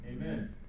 Amen